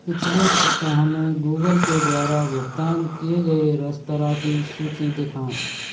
पिछले सप्ताह में गूगल पे द्वारा भुगतान किए गए रस्तराँ की सूची दिखाएँ